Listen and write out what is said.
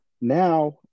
now